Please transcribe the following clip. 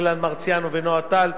אילן מרסיאנו ונועה טל,